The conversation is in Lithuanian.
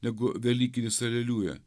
negu velykinis aleliuja